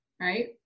right